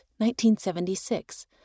1976